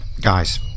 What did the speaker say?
guys